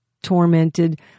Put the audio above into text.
tormented